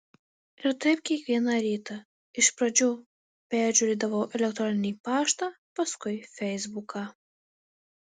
ir taip kiekvieną rytą iš pradžių peržiūrėdavau elektroninį paštą paskui feisbuką